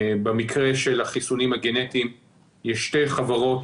במקרה של החיסונים הגנטיים יש שתי חברות